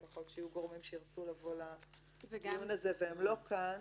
יכול להיות שיהיו גורמים שירצו לבוא לדיון הזה והם לא כאן,